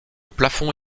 plafond